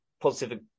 positive